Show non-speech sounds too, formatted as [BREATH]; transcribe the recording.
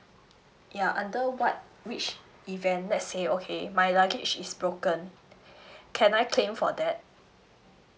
ya under what which event let's say okay my luggage is broken [BREATH] can I claim for that